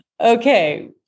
Okay